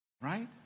right